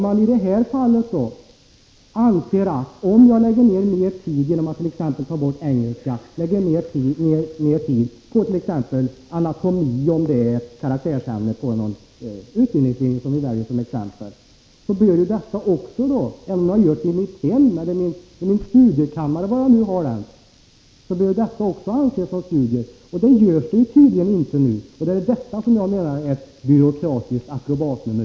Men man kanske väljer att läsa t.ex. anatomi, om det är ett karaktärsämne på någon utbildningslinje, och läser engelska själv hemma i sin studiekammare. Då bör även detta betraktas som studier. Det görs tydligen inte nu. Det är detta som jag menar är ett byråkratiskt akrobatnummer.